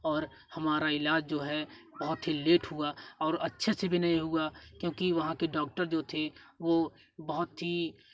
और हमारा इलाज जो है बहुत ही लेट हुआ और अच्छे से भी नहीं हुआ क्योंकि वहाँ के डॉक्टर जो थे वो बहुत ही